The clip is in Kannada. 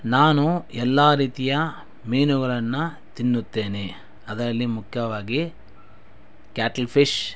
ನಾನು ಎಲ್ಲ ರೀತಿಯ ಮೀನುಗಳನ್ನು ತಿನ್ನುತ್ತೇನೆ ಅದರಲ್ಲಿ ಮುಖ್ಯವಾಗಿ ಕ್ಯಾಟ್ಲ್ ಫಿಶ್